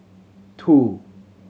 two